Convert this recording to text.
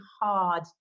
hard